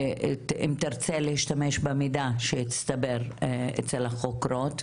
אם תרצה להשתמש במידע שהצטבר אצל החוקרות,